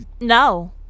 No